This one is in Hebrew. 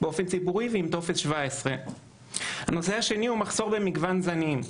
ועם טופס 17. הנושא השני הוא מחסור במגוון זנים.